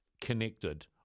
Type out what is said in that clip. connected